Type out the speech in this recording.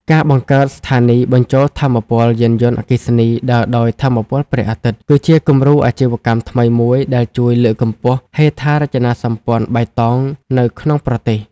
ការបង្កើតស្ថានីយបញ្ចូលថាមពលយានយន្តអគ្គិសនីដើរដោយថាមពលព្រះអាទិត្យ គឺជាគំរូអាជីវកម្មថ្មីមួយដែលជួយលើកកម្ពស់ហេដ្ឋារចនាសម្ព័ន្ធបៃតងនៅក្នុងប្រទេស។